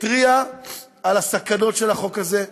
התריע על הסכנות של החוק הזה,